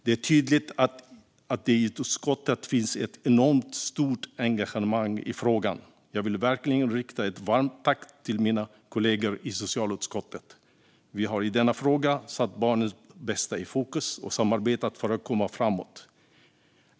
Det är tydligt att det i utskottet finns ett enormt stort engagemang i frågan. Jag vill verkligen rikta ett varmt tack till mina kollegor i socialutskottet. Vi har i denna fråga satt barnets bästa i fokus och samarbetat för att komma framåt.